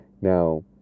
Now